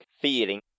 feeling